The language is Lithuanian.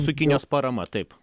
su kinijos parama taip